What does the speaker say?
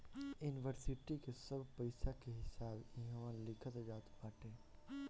इन्वरसिटी के सब पईसा के हिसाब इहवा लिखल जात बाटे